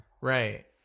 Right